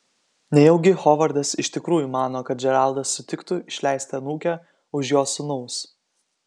nejaugi hovardas iš tikrųjų mano kad džeraldas sutiktų išleisti anūkę už jo sūnaus